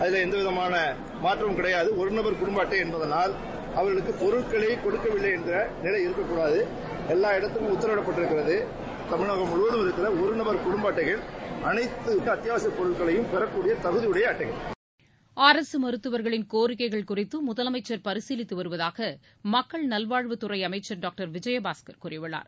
அதில எந்தவிதமான மாற்றம் கிடையாது ஒருநபர் குடும்ப அட்டை என்பதினால் அவர்களுக்கு பொருட்களை கொடுக்கவில்லை என்ற நிலை இருக்கக்கூடாது என எல்லா இடத்திற்கு உத்தாவிடப்பட்டுள்ளது தமிழகம் முழுவதும் இருக்கக்கடிய ஒரு நபர் குடும்ப அட்டைகள் அனைத்து அத்தியாவசிய பொருட்களையும் பெறக்கூடிய தகுதியுடைய அட்டைகள் அரசு மருத்துவர்களின் கோரிக்கைகள் குறித்து முதலமைச்சர் பரிசீலித்து வருவதாக மக்கள் நல்வாழ்வுத்துறை அமைச்சர் டாக்டர் விஜயபாஸ்கர் கூறியுள்ளார்